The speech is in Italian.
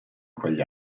quegli